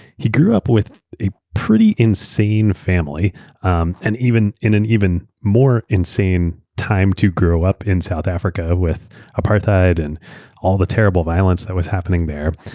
he grew up with a pretty insane family um and in an even more insane time to grow up in south africa with apartheid and all the terrible violence that was happening there.